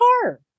car